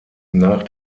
nach